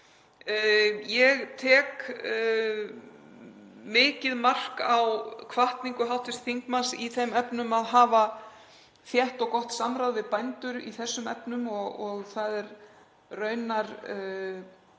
Ég tek mikið mark á hvatningu hv. þingmanns í þeim efnum að hafa þétt og gott samráð við bændur í þessum efnum. Það hefur raunar